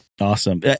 Awesome